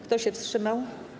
Kto się wstrzymał?